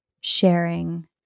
sharing